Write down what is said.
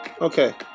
okay